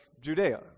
Judea